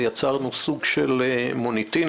ויצרנו סוג של מוניטין,